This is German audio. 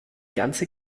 ganze